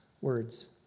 words